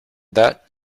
that